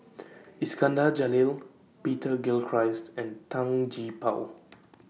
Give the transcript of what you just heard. Iskandar Jalil Peter Gilchrist and Tan Gee Paw